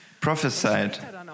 prophesied